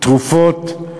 תרופות,